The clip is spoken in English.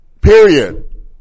Period